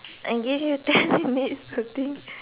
I give you ten minutes to think